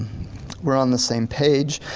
we're on the same page.